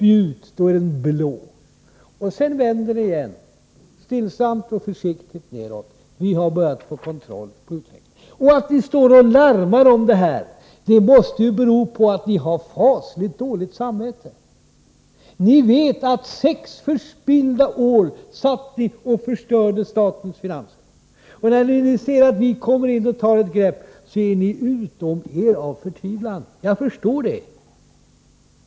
Jag skall verbalt försöka redogöra för detta: Vi har börjat få kontroll på utvecklingen. Att ni står och larvar er om detta måste ju bero på att ni har ett fasligt dåligt samvete. Ni vet att ni under sex förspillda år satt och förstörde statens finanser, och när ni nu ser att vi kommer och tar ett grepp blir ni utom er av förtvivlan. Jag förstår det.